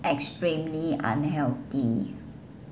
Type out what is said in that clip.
extremely unhealthy